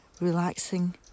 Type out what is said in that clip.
relaxing